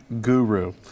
Guru